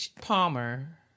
Palmer